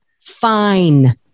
Fine